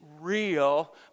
real